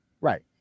Right